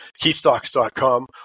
keystocks.com